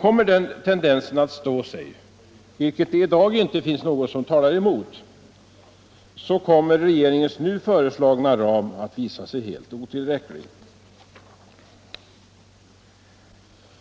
Kommer den tendensen att stå sig, vilket det i dag inte finns något som talar emot, kommer regeringens nu föreslagna ram att visa sig helt otillräcklig.